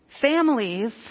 Families